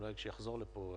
אולי כשהוא יחזור לפה,